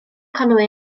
conwy